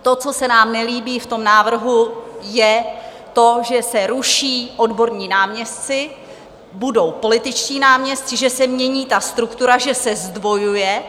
To, co se nám nelíbí v tom návrhu, je to, že se ruší odborní náměstci, budou političtí náměstci, že se mění ta struktura, že se zdvojuje.